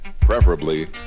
preferably